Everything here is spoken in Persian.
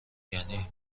یعنی